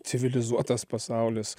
civilizuotas pasaulis